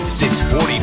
640